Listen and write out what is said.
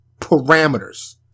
parameters